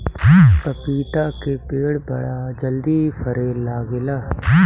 पपीता के पेड़ बड़ा जल्दी फरे लागेला